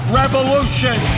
revolution